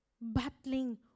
battling